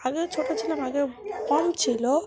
আগে ছোট ছিলাম আগে কম ছিল